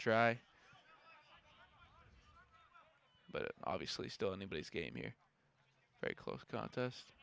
dry but obviously still anybody's game here very close contest